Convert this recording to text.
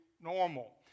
normal